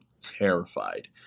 terrified